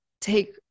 take